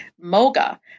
Moga